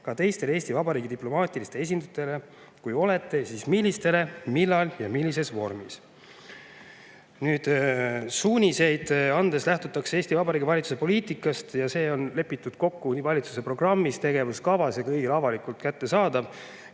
ka teistele Eesti Vabariigi diplomaatilistele esindustele? Kui olete, siis millistele, millal ja millises vormis?" Suuniseid andes lähtutakse Eesti Vabariigi valitsuse poliitikast ja see on lepitud kokku valitsuse programmis, tegevuskavas ja on kõigile avalikult kättesaadav.